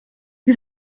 wir